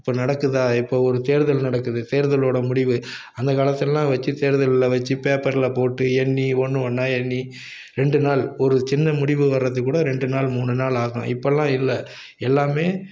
இப்போ நடக்குதா இப்போ ஒரு தேர்தல் நடக்குது தேர்தலோட முடிவு அந்த காலத்திலலாம் வச்சு தேர்தல்ல வச்சு பேப்பர்ல போட்டு எண்ணி ஒன்று ஒன்றா எண்ணி ரெண்டு நாள் ஒரு சின்ன முடிவு வர்றத்துக்கு கூட ரெண்டு நாள் மூணு நாள் ஆகும் இப்பெல்லாம் இல்லை எல்லாமே